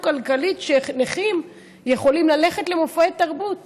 כלכלית שנכים יכולים ללכת בהן למופעי תרבות.